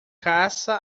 caça